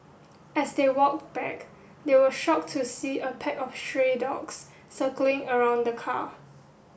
as they walked back they were shocked to see a pack of stray dogs circling around the car